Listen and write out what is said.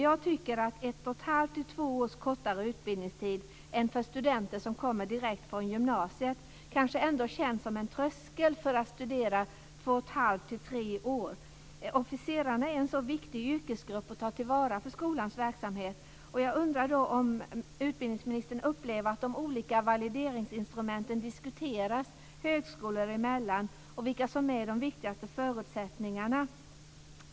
Jag tycker att 1,5-2 års kortare utbildningstid än för studenter som kommer direkt från gymnasiet kanske känns som en tröskel när man ändå ska studera 2,5-3 år. Officerarna är en så viktig yrkesgrupp att ta till vara för skolans verksamhet. Upplever utbildningsministern att de olika valideringsinstrumenten diskuteras högskolor emellan? Vilka är de viktigaste förutsättningarna?